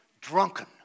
drunken